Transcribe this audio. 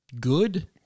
good